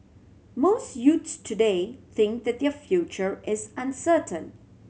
most youths today think that their future is uncertain